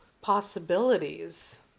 possibilities